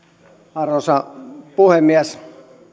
arvoisa puhemies